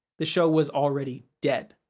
the show was already dead,